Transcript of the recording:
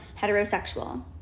heterosexual